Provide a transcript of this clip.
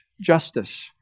justice